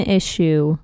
issue